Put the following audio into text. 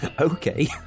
Okay